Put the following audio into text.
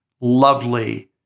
lovely